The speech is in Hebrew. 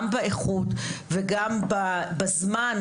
גם באיכות וגם בזמן,